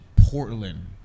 Portland